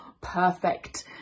perfect